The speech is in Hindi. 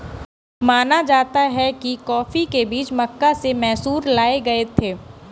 माना जाता है कि कॉफी के बीज मक्का से मैसूर लाए गए थे